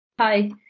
Hi